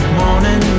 morning